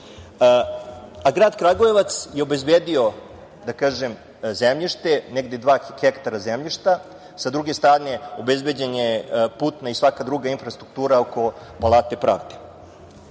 Grad Kragujevac je obezbedio zemljište, negde dva hektara zemljišta, sa druge strane obezbeđena je putna i svaka druga infrastruktura oko Palate pravde. Ovde